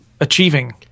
achieving